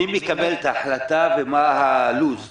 מי מקבל את ההחלטה ומה הלו"ז